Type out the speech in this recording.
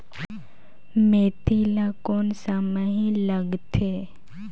मेंथी ला कोन सा महीन लगथे?